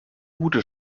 gute